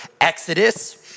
Exodus